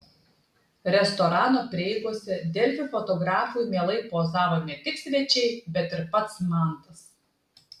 restorano prieigose delfi fotografui mielai pozavo ne tik svečiai bet ir pats mantas